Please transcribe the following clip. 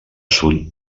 sud